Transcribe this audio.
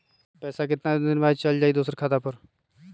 पैसा कितना दिन में चल जाई दुसर खाता पर?